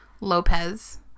Lopez